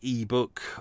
ebook